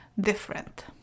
different